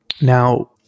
Now